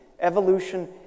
evolution